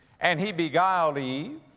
and he beguiled eve,